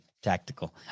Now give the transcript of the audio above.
Tactical